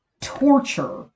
torture